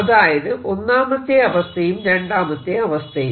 അതായത് ഒന്നാമത്തെ അവസ്ഥയും രണ്ടാമത്തെ അവസ്ഥയും